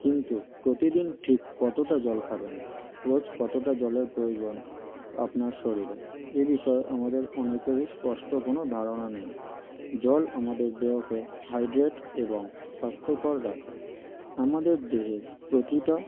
কিন্তু প্রতিদিন ঠিক কতটা জল খাবেন রোজ কতটা জলের প্রয়োজন আপনার শরীরে এ বিষয়ে আমাদের অনেকেরই স্পষ্ট কোনো ধারণা নেই জল আমাদের দেহকে হাইড্রেট এবং স্বাস্থ্যকর রাখে আমাদের দেহের প্রতিটা